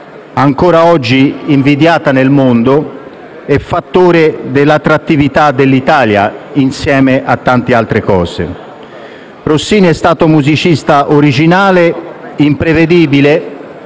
ancora oggi invidiata nel mondo, e fattore dell'attrattività italiana, insieme a tante altre componenti. Rossini è stato un musicista originale, imprevedibile,